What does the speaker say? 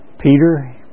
Peter